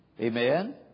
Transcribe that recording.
Amen